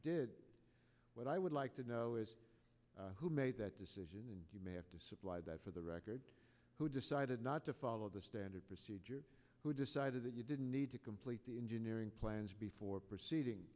did but i would like to know is who made that decision and you may have to supply that for the record who decided not to follow the standard procedure who decided that you didn't need to complete the engineering plans before proceeding